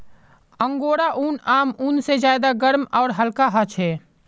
angora ऊन आम ऊन से ज्यादा गर्म आर हल्का ह छे